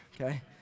okay